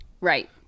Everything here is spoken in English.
Right